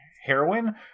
heroin